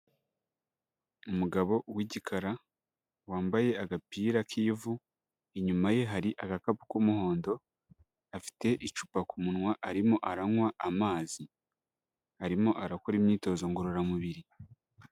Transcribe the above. Umugabo w'igikara wambaye agapira k'ivu, inyuma ye hari agakapu k'umuhondo, afite icupa ku munwa arimo aranywa amazi, arimo arakora imyitozo ngororamubiri.